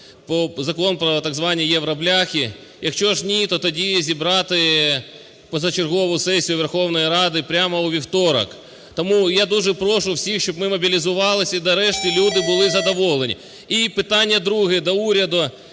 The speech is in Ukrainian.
Закон про так звані "євробляхи". Якщо ж ні, то тоді зібрати позачергову сесію Верховної Ради прямо у вівторок. Тому я дуже прошу всіх, щоб ми мобілізувались і нарешті люди були задоволені. І питання друге до уряду: